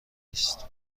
نیست